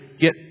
get